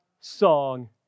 song